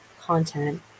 content